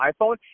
iPhone